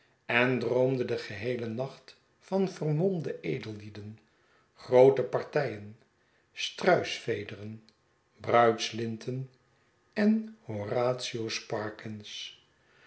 en droomde den geheelen nacht van vermornde edellieden groote partijen struisvederen bruidslinten en